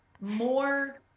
more